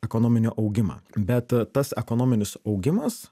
ekonominį augimą bet tas ekonominis augimas